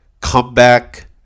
Comeback